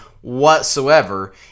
whatsoever